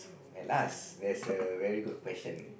at last there's a very good question